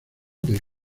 del